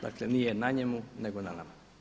Dakle nije na njemu nego na nama.